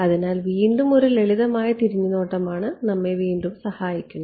അതിനാൽ വീണ്ടും ഒരു ലളിതമായ തിരിഞ്ഞുനോട്ടം ആണ് നമ്മെ വീണ്ടും സഹായിക്കുന്നത്